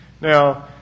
now